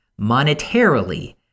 monetarily